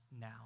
now